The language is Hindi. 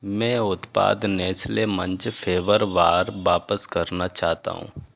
मैं उत्पाद नेस्ले मंच फेवर बार वापस करना चाहता हूँ